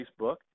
Facebook